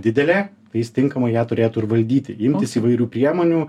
didelė tai jis tinkamai ją turėtų ir valdyti imtis įvairių priemonių